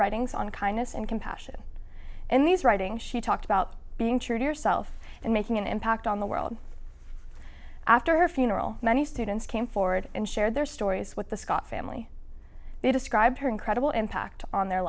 writings on kindness and compassion in these writings she talked about being true to herself and making an impact on the world after her funeral many students came forward and share their stories with the scott family they describe her incredible impact on their